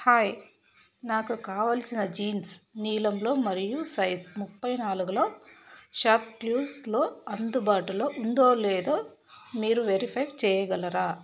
hi నాకు కావలసిన jeans నీలంలో మరియు సైజ్ ముప్పై నాలుగులో షాప్ క్లూస్స్లో అందుబాటులో ఉందో లేదో మీరు వెరిఫై చేయగలరా